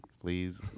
please